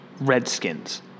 Redskins